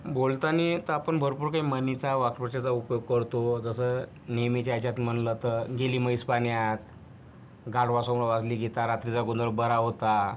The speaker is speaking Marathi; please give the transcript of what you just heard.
बोलताना तर आपण भरपूर काही म्हणींचा वाक्प्रचारांचा उपयोग करतो जसं नेहमीच्या ह्याच्यात म्हटलं तर गेली म्हैस पाण्यात गाढवासमोर वाचली गीता रात्रीचा गोंधळ बरा होता